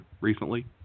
recently